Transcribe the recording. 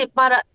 para